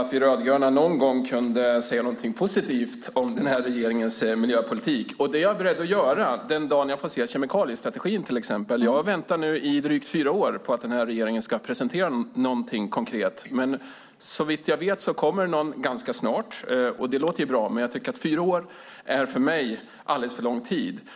om vi rödgröna någon gång kunde säga något positivt om regeringens miljöpolitik. Det är jag beredd att göra den dag jag får se kemikaliestrategin till exempel. Jag har väntat i drygt fyra år på att regeringen ska presentera något konkret. Såvitt jag vet kommer det något ganska snart. Det låter bra, men jag tycker att fyra år är alldeles för lång tid.